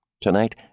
Tonight